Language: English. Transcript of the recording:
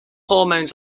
hormones